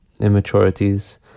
immaturities